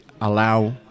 allow